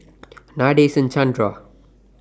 Nadasen Chandra